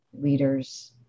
leaders